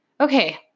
okay